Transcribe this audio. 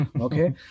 okay